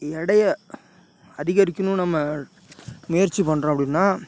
எடையை அதிகரிக்கணுன் நம்ம முயற்சி பண்ணுறோம் அப்படின்னா